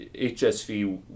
HSV